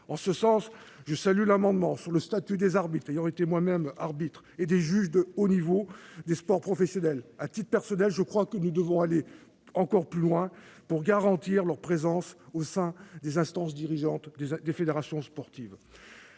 Sur ce point, je salue l'amendement sur le statut des arbitres- ayant été moi-même arbitre -et des juges de haut niveau du sport professionnel. À titre personnel, je crois que nous devons aller encore plus loin pour garantir leur présence au sein des instances dirigeantes des fédérations sportives.